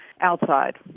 outside